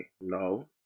no